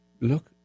look